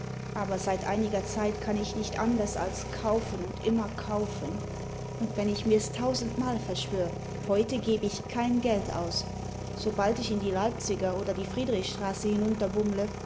aber seit einiger zeit kann ich nicht anders als kaufen und immer kaufen und wenn ich mir's tausendmal verschwör heut geh ich kein geld aus sobald ich die leipziger oder die friedrichstraße